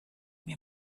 mir